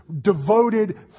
Devoted